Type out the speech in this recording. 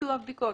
ביצוע הבדיקות.